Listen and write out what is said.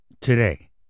today